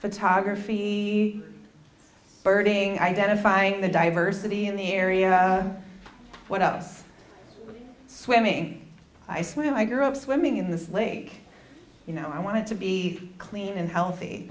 photography birding identifying the diversity in the area what us swimming i swim i grew up swimming in this leg you know i want to be clean and healthy